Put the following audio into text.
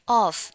off